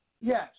Yes